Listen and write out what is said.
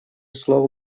слово